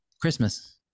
Christmas